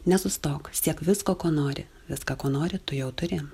nesustok siek visko ko nori viską ko nori tu jau turi